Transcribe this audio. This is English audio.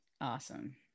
Awesome